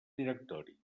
directori